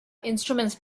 instruments